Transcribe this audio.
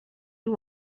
you